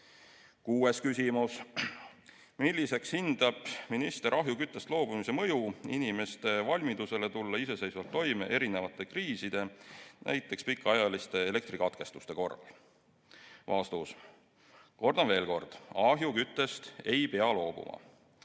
Kuues küsimus: "Milliseks hindab minister ahjuküttest loobumise mõju inimeste valmidusele tulla iseseisvalt toime erinevate kriiside, näiteks pikaajaliste elektrikatkestuste korral?" Kordan veel kord: ahjuküttest ei pea loobuma.